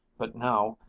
but now,